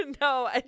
No